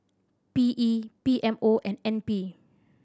P E P M O and N P